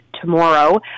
tomorrow